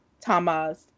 Thomas